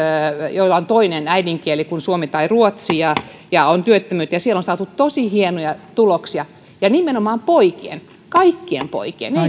joilla on muu äidinkieli kuin suomi tai ruotsi tai on työttömyyttä ja siellä on saatu tosi hienoja tuloksia ja nimenomaan poikien kohdalla kaikkien poikien